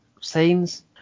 scenes